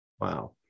Wow